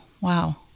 wow